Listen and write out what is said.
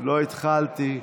לא התחלתי.